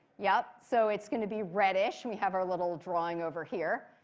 yup, so it's going to be reddish. we have our little drawing over here.